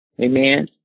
Amen